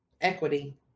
equity